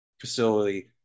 facility